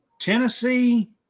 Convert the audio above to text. Tennessee